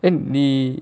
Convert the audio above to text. then they